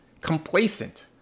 complacent